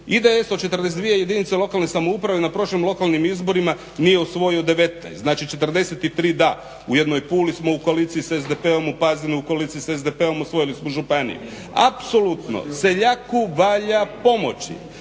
IDS od 42 jedinice lokalne samouprave na prošlim lokalnim izborima nije osvojio 19, znači 43 da. U jednoj Puli smo u koaliciji s SDP-om, u Pazinu s koalicijom s SDP-om osvojili smo županiju. Apsolutno seljaku valja pomoći.